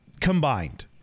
Combined